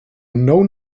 known